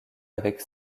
avec